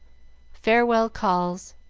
farewell calls,